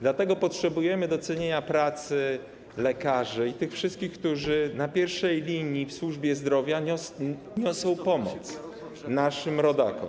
Dlatego potrzebujemy docenienia pracy lekarzy i tych wszystkich, którzy na pierwszej linii w służbie zdrowia niosą pomoc naszym rodakom.